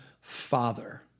Father